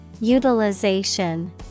Utilization